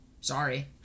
Sorry